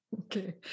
Okay